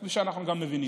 כפי שאנחנו מבינים.